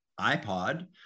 iPod